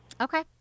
Okay